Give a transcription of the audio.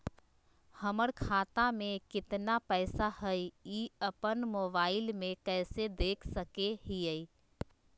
हमर खाता में केतना पैसा हई, ई अपन मोबाईल में कैसे देख सके हियई?